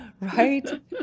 Right